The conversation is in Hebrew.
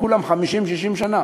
כולן 50, 60 שנה.